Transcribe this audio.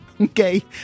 Okay